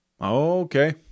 okay